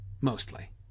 mostly